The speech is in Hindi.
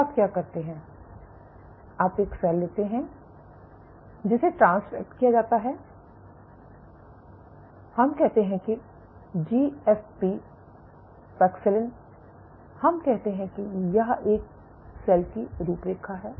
तो आप क्या करते हैं आप एक सेल लेते हैं जिसे ट्रांसफ़ेक्ट किया जाता है हम कहते हैं कि जीएफ़पी पैक्सिलिन हम कहते हैं कि यह एक सेल की रूपरेखा है